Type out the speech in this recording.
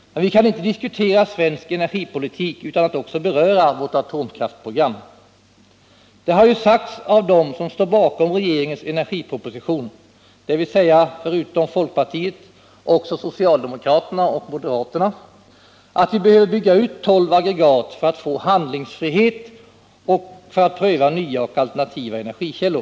Men vi kan inte diskutera svensk energipolitik utan att också beröra vårt atomkraftsprogram. Det har sagts av dem som står bakom regeringens energiproposition, dvs. förutom folkpartiet också socialdemokraterna och moderaterna, att vi behöver bygga ut tolv aggregat för att få handlingsfrihet för att pröva nya och alternativa energikällor.